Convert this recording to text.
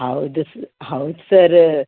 ಹೌದು ಸರ್ ಹೌದು ಸರ್